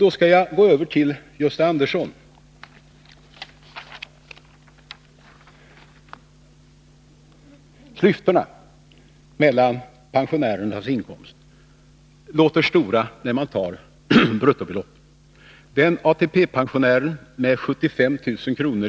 Till Gösta Andersson vill jag säga följande: Klyftorna mellan pensionärernas inkomster låter stora när man nämner bruttobeloppen. ATP pensionären med 75 000 kr.